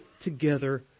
together